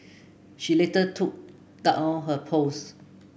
she later took down her post